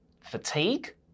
fatigue